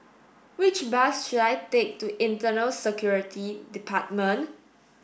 which bus should I take to Internal Security Department